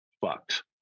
fucked